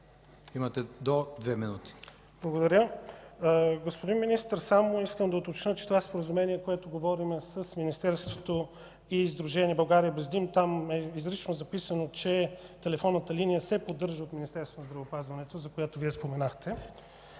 господин Председател. Господин Министър, искам да уточня, че за това споразумение, за което говорим, с Министерството и Сдружение „България без дим” – там изрично е записано, че телефонната линия се поддържа от Министерството на здравеопазването, за която Вие споменахте.